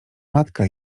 matka